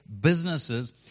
businesses